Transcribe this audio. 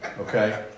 Okay